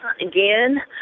again